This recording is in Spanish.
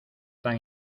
tan